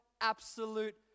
absolute